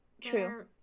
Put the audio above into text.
True